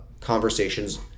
conversations